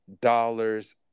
dollars